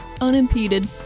unimpeded